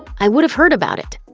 i would have heard about it.